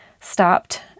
stopped